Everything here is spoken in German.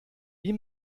wie